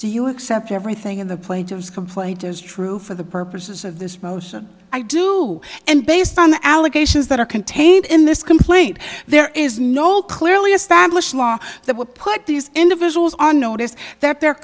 do you accept everything in the plaintiff's complaint is true for the purposes of this motion i do and based on the allegations that are contained in this complaint there is no clearly established law that will put these individuals on notice that their